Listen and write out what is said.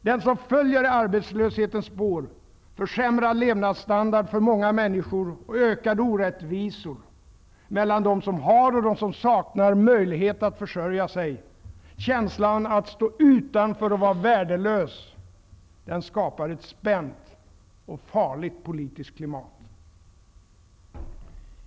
Det som följer i arbetslöshetens spår — försämrad levnadsstandard för många människor och ökade orättvisor mellan dem som har och dem som saknar möjlighet att försörja sig, känslan att stå utanför och vara värdelös — skapar ett spänt och farligt politiskt klimat.